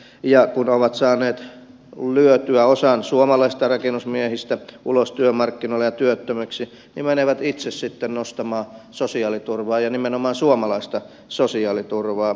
he sekoittavat markkinat ja kun ovat saaneet lyötyä osan suomalaisista rakennusmiehistä ulos työmarkkinoilta ja työttömiksi menevät itse sitten nostamaan sosiaaliturvaa ja nimenomaan suomalaista sosiaaliturvaa